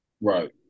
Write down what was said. right